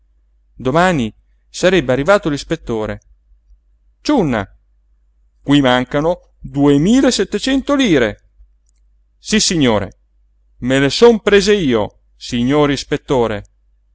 domani sarebbe arrivato l'ispettore ciunna qui mancano duemila e settecento lire sissignore me le son prese io signor ispettore